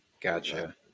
Gotcha